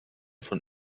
von